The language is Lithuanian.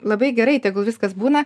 labai labai gerai tegu viskas būna